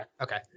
Okay